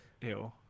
Ew